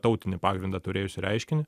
tautinį pagrindą turėjusį reiškinį